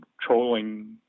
trolling